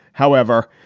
however,